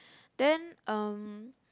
then um